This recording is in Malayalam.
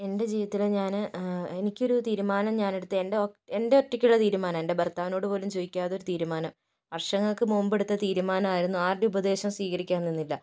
എൻ്റെ ജീവിതത്തില് ഞാന് എനിക്കൊരു തീരുമാനം ഞാനെടുത്തു എൻ്റെ ഒ എൻ്റെ ഒറ്റക്കുള്ള തീരുമാനം എൻ്റെ ഭർത്താവിനോട് പോലും ചോദിക്കാതെ ഒരു തീരുമാനം വർഷങ്ങൾക്ക് മുമ്പ് എടുത്ത തീരുമാനം ആയിരുന്നു ആരുടേയും ഉപദേശം സ്വീകരിക്കാൻ നിന്നില്ല